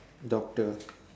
doctor